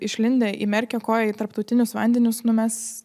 išlindę įmerkia koją į tarptautinius vandenius nu mes